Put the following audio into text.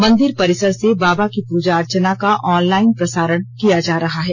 मंदिर परिसर से बाबा की प्रजा अर्चना का ऑनलाइन प्रसारण किया जा रहा है